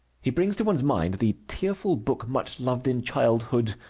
he brings to one's mind the tearful book, much loved in childhood,